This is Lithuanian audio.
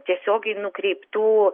tiesiogiai nukreiptų